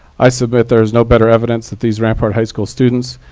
i submit there is no better evidence that these rampart high school students